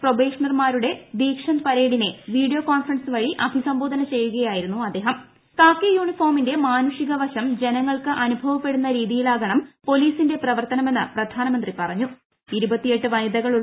പ്രൊബേഷണർമാരുടെ ദീക്ഷന്ത് പരേഡിനെ video conference വഴി അഭിസംബോധന യൂണിഫോമിന്റെ മാനുഷിക വശം ജനങ്ങൾക്ക് അനുഭവപ്പെടുന്ന രീതിയിലാകണം പൊലീസിന്റെ പ്രവർത്തനമെന്ന് പ്രധാന്മന്ത്രി പറഞ്ഞു